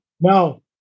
No